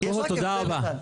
קודם כל, תודה רבה.